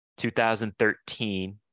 2013